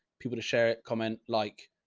people to share it, comment like,